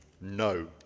no